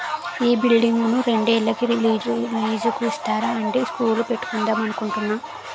ఈ బిల్డింగును రెండేళ్ళకి లీజుకు ఇస్తారా అండీ స్కూలు పెట్టుకుందాం అనుకుంటున్నాము